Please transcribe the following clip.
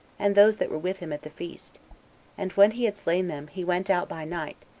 and those that were with him at the feast and when he had slain them, he went out by night,